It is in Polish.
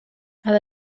ale